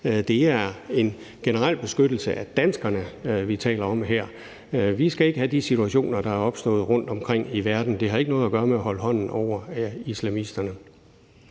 Det er en generel beskyttelse af danskerne, vi taler om her. Vi skal ikke have de situationer, der er opstået rundtomkring i verden. Det har ikke noget at gøre med at holde hånden over islamisterne.